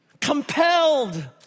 compelled